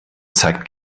zeigt